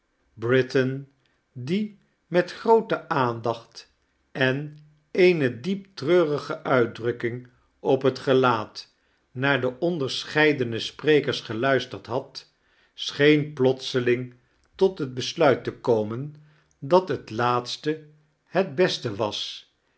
britain die met groote aandacht en eene diep treurige uitdrukking op het gelaat naar de onderscheidena sprekers geluisterd had schee-n plotseling tot het besluit te komen dat het laatste het beste was